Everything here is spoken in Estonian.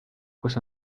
kus